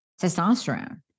testosterone